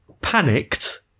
panicked